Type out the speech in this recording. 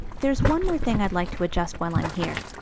there's one more thing i'd like to adjust while i'm here.